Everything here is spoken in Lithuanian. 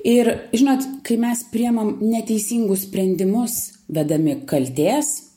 ir žinot kai mes priimam neteisingus sprendimus vedami kaltės